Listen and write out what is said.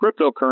cryptocurrency